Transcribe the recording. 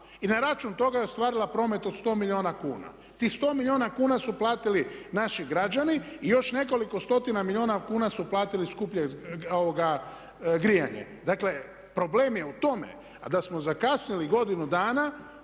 i na račun toga je ostvarila promet od 100 milijuna kuna. Tih 100 milijuna kuna su platili naši građani i još nekoliko stotina milijuna kuna su platili skuplje grijanje. Dakle, problem je u tome. A da smo zakasnili godinu dana,